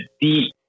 deep